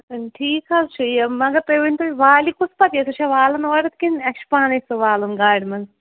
ٹھیٖک حظ چھُ یہِ مگر تُہۍ ؤنۍتو یہِ والہِ کُس پتہٕ ییٚتٮ۪تھ چھےٚ والَن اورُک کِنہٕ اَسہِ چھُ پانَے سُہ والُن گاڑِ منٛز